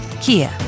Kia